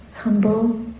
humble